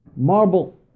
marble